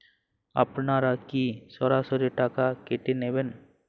আপনারা কি সরাসরি টাকা কেটে নেবেন?